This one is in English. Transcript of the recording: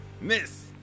Miss